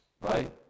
right